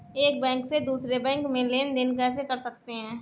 एक बैंक से दूसरे बैंक में लेनदेन कैसे कर सकते हैं?